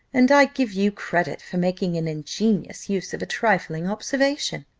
and i give you credit for making an ingenious use of a trifling observation.